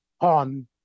on